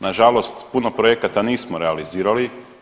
Na žalost puno projekata nismo realizirali.